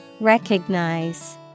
Recognize